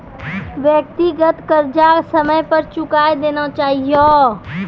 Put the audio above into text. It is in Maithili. व्यक्तिगत कर्जा समय पर चुकाय देना चहियो